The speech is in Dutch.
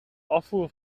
afvoer